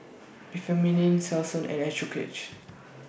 Remifemin Selsun and Accucheck